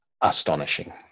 astonishing